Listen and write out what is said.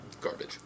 garbage